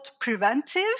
preventive